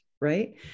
right